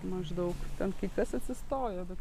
maždaug ten kai kas atsistojo bet